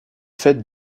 faite